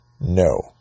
No